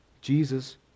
jesus